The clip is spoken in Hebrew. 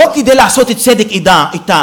לא כדי לעשות צדק אתם,